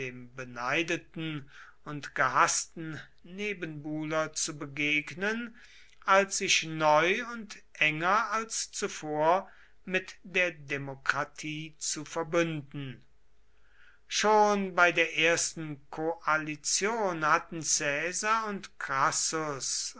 beneideten und gehaßten nebenbuhler zu begegnen als sich neu und enger als zuvor mit der demokratie zu verbünden schon bei der ersten koalition hatten caesar und crassus